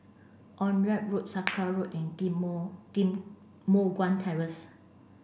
Onraet Road Sakra Road and Give Moh Give Moh Guan Terrace